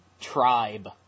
tribe